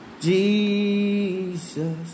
Jesus